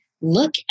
look